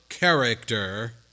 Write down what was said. character